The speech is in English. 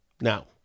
now